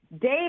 Dave